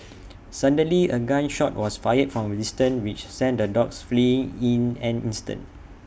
suddenly A gun shot was fired from A distance which sent the dogs fleeing in an instant